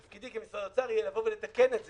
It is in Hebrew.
תפקידי כמשרד האוצר יהיה לבוא ולתקן את זה,